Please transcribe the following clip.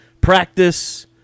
practice